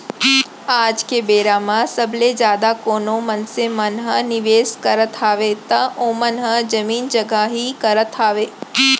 आज के बेरा म सबले जादा कोनो मनसे मन ह निवेस करत हावय त ओमन ह जमीन जघा म ही करत हावय